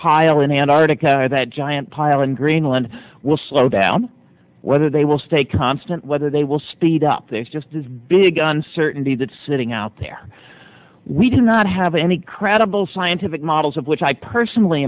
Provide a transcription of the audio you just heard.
pile in antarctica or that giant pile in greenland will slow down whether they will stay constant whether they will speed up there's just this big uncertainty that's sitting out there we do not have any credible scientific models of which i personally